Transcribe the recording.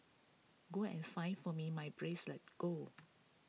go and find for me my bracelet go